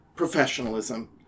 professionalism